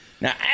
Now